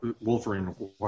Wolverine